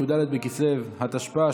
י"ד בכסלו התשפ"א,